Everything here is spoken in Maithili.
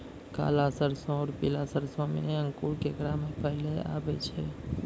काला सरसो और पीला सरसो मे अंकुर केकरा मे पहले आबै छै?